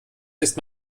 ist